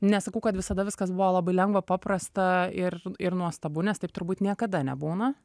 nesakau kad visada viskas buvo labai lengva paprasta ir ir nuostabu nes taip turbūt niekada nebūna